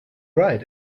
right